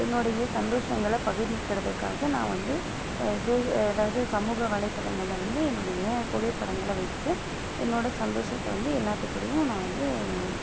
என்னுடைய சந்தோஷங்களை பகிர்ந்துக்கிறதுக்காக நான் வந்து சோஸிய அதாவது சமூகவலைதளங்களில் வந்து என்னுடைய புகைப்படங்களை வச்சு என்னோடய சந்தோஷத்தை எல்லாத்துக்கூடேயும் நான் வந்து